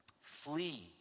Flee